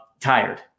tired